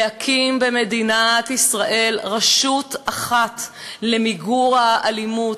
להקים במדינת ישראל רשות אחת למיגור האלימות,